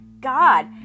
god